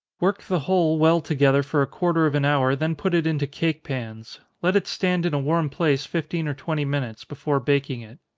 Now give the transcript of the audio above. work the whole well together for a quarter of an hour, then put it into cake pans. let it stand in a warm place fifteen or twenty minutes, before baking it.